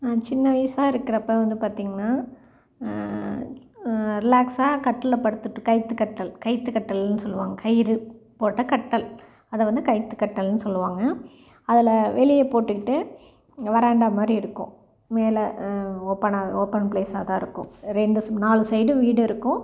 நான் சின்ன வயசாக இருக்குறப்போ வந்து பார்த்தீங்கன்னா ரிலாக்ஸாக கட்டில்ல படுத்துகிட்டு கயித்து கட்டில் கயித்து கட்டில்ன்னு சொல்லுவாங்க கயிறு போட்ட கட்டில் அதை வந்து கயித்து கட்டில்ன்னு சொல்லுவாங்க அதில் வெளியே போட்டுக்கிட்டு வராண்டா மாதிரி இருக்கும் மேலே ஓப்பன்னாக ஓப்பன் பிளேஸ்ஸாக தான் இருக்கும் ரெண்டு நாலு சைடும் வீடு இருக்கும்